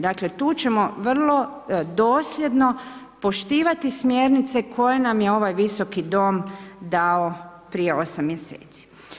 Dakle, tu ćemo vrlo dosljedno, poštivati smjernice koje nam je ovaj Visoki dom dao prije 8 mjeseci.